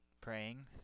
praying